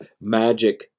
Magic